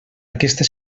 aquesta